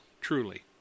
truly